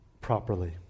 properly